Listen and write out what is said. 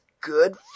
good